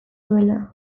duela